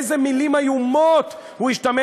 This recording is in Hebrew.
באיזה מילים איומות הוא השתמש,